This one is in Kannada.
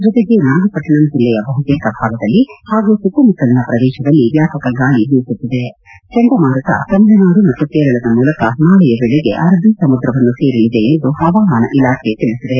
ಜೊತೆಗೆ ನಾಗಪಟ್ಟಣಂ ಜಿಲ್ಲೆಯ ಬಹುತೇಕ ಭಾಗದಲ್ಲಿ ಹಾಗೂ ಸುತ್ತಮುತ್ತಲಿನ ಪ್ರದೇಶದಲ್ಲಿ ವ್ಯಾಪಕ ಗಾಳಿ ಬೀಸುತ್ತಿದೆ ಚಂಡಮಾರುತ ತಮಿಳುನಾಡು ಮತ್ತು ಕೇರಳದ ಮೂಲಕ ನಾಳೆಯ ವೇಳೆಗೆ ಅರಬ್ಬಿ ಸಮುದ್ರವನ್ನು ಸೇರಲಿದೆ ಎಂದು ಹವಾಮಾನ ಇಲಾಖೆ ತಿಳಿಸಿದೆ